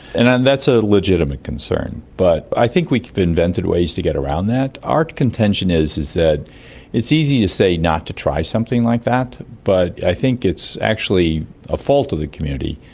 and and that's a legitimate concern, but i think we've invented ways to get around that. our contention is is that it's easy to say not to try something like that, but i think it's actually a fault of the community.